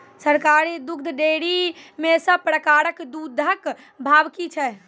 सरकारी दुग्धक डेयरी मे सब प्रकारक दूधक भाव की छै?